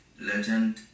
Legend